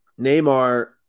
Neymar